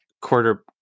Quarter